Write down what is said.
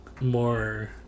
more